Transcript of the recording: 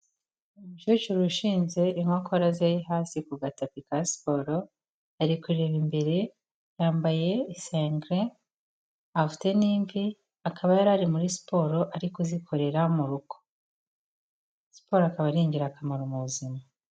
Umukecuru ushinze inkokora ze hasi ku gataka ka siporo, ari kureba imbere yambaye isengeri afite n'imvi akaba yari ari muri siporo ari kuzikorera mu rugo, siporo akaba ari ingirakamaro mu buzima.